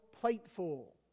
plateful